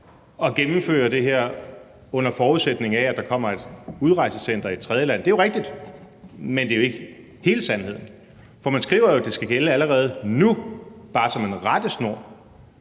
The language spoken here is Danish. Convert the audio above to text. at gennemføre det her, under forudsætning af at der kommer et udrejsecenter i et tredje land, er jo rigtigt, men det er jo ikke hele sandheden, for man skriver jo, at det skal gælde allerede nu, bare som en rettesnor.